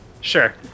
Sure